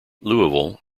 louisville